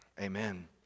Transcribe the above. Amen